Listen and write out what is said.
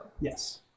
Yes